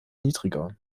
niedriger